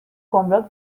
گمرگ